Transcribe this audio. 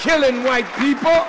killing white people